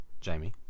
Jamie